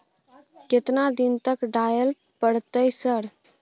केतना दिन तक डालय परतै सर?